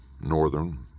northern